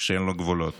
שאין לו גבולות,